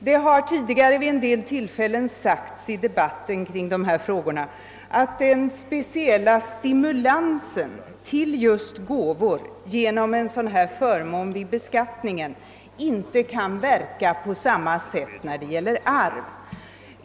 Det har tidigare vid en del tillfällen sagts under debatten om denna sak, att den speciella stimulans som förmånen i beskattningen innebär då det är fråga om gåvor inte verkar på samma sätt när det gäller arv.